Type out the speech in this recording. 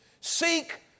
seek